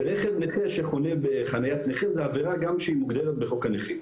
שרכב נכה שחונה בחניית נכה זו עבירה גם שמוגדרת בחוק הנכים.